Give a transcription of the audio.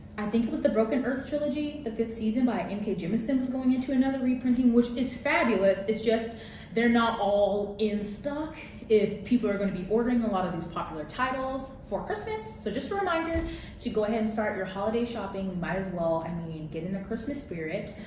i think it was the broken earth trilogy, the fifth season by n k. jemisin was going into another reprinting, which is fabulous, it's just they're not all in stock, if people are going to be ordering a lot of these popular titles for christmas. so just a reminder to go ahead and start your holiday shopping, might as well, i mean get in the christmas spirit.